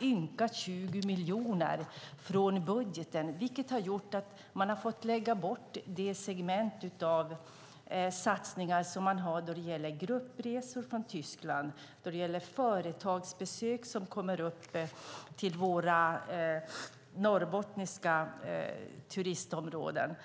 ynka 20 miljoner från budgeten. Det har gjort att man har fått lägga bort segmentet av satsningar när det gäller gruppresor från Tyskland och företagsbesök som kommer upp till våra norrbottniska turistområden.